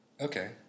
Okay